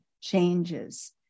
changes